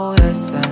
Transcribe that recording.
yes